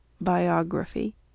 Biography